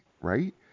right